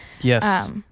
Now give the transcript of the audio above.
Yes